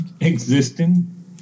existing